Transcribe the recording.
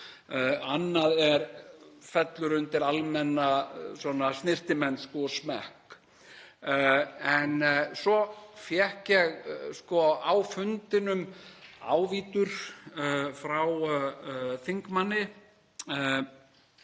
Annað fellur undir almenna snyrtimennsku og smekk. En svo fékk ég á fundinum ávítur frá þingmanni,